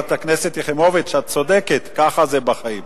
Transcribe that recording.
חברת הכנסת יחימוביץ, את צודקת, ככה זה בחיים.